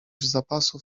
zapasów